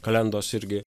kalendos irgi